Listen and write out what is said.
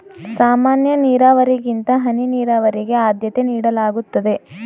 ಸಾಮಾನ್ಯ ನೀರಾವರಿಗಿಂತ ಹನಿ ನೀರಾವರಿಗೆ ಆದ್ಯತೆ ನೀಡಲಾಗುತ್ತದೆ